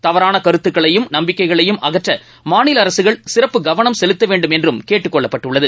தவறான கருத்துகளயும் நம்பிக்கையையும் அகற்ற மாநில அரசுகள் சிறப்பு கவனம் செலுத்த வேண்டும் என்றும் கேட்டுக் கொள்ளப்பட்டுள்ளது